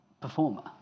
performer